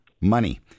Money